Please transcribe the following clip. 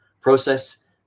process